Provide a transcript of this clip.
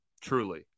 truly